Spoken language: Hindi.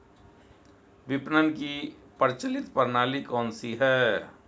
विपणन की प्रचलित प्रणाली कौनसी है?